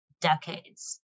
decades